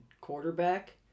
quarterback